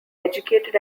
educated